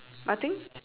what thing